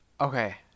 Okay